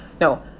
No